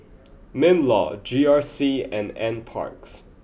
Minlaw G R C and Nparks